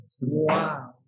Wow